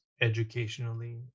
educationally